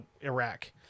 Iraq